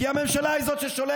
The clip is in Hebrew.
כי הממשלה היא זאת ששולטת,